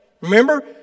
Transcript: Remember